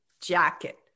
jacket